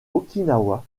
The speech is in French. okinawa